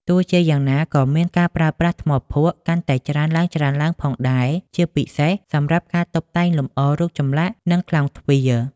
ទោះជាយ៉ាងណា ក៏មានការប្រើប្រាស់ ថ្មភក់ កាន់តែច្រើនឡើងៗផងដែរ ជាពិសេសសម្រាប់ការតុបតែងលម្អ រូបចម្លាក់ និងខ្លោងទ្វារ។